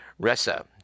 Ressa